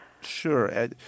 Sure